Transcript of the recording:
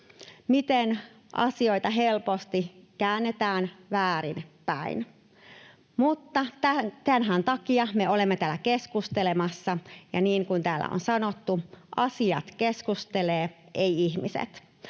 miten asioita helposti käännetään väärin päin. Mutta tämänhän takia me olemme täällä keskustelemassa, ja niin kuin täällä on sanottu, asiat keskustelevat, eivät ihmiset.